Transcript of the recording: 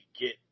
get